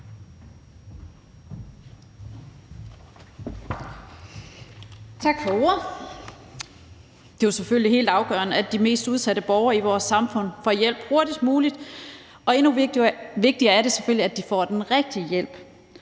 Tak for ordet. Det er jo selvfølgelig helt afgørende, at de mest udsatte borgere i vores samfund får hjælp hurtigst muligt, og endnu vigtigere er det selvfølgelig, at de får den rigtige hjælp.